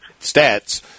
stats –